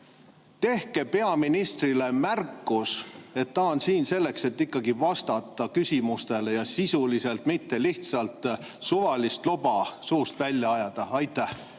tehke peaministrile märkus, et ta on siin selleks, et ikkagi vastata küsimustele sisuliselt, mitte selleks, et lihtsalt suvalist loba suust välja ajada. Aitäh!